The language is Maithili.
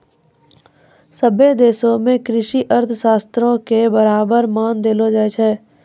सभ्भे देशो मे कृषि अर्थशास्त्रो के बराबर मान देलो जाय छै